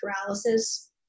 paralysis